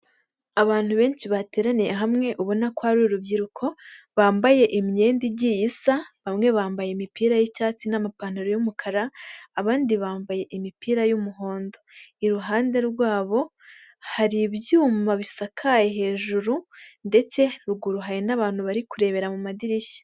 Abantu benshi bateraniye hamwe ubona ko hari urubyiruko, bambaye imyenda igiye isa, bamwe bambaye imipira y'icyatsi n'amapantaro y'umukara, abandi bambaye imipira y'umuhondo. Iruhande rwabo hari ibyuma bisakaye hejuru, ndetse ruguru hari n'abantu bari kurebera mu madirishya.